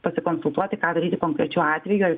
pasikonsultuoti ką daryti konkrečiu atveju